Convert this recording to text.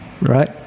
right